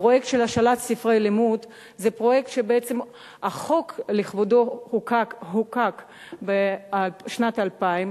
הפרויקט של השאלת ספרי לימוד זה פרויקט שהחוק לכבודו חוקק בשנת 2000,